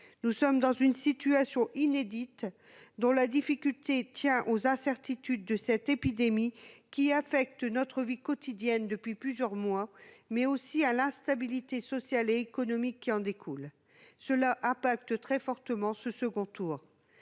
Nous sommes dans une situation inédite, dont la difficulté tient aux incertitudes de l'épidémie qui affecte notre vie quotidienne depuis plusieurs mois, mais aussi à l'instabilité sociale et économique qui en découle. Ce contexte pèse très fortement sur le second tour.